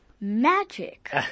magic